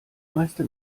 meiste